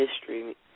history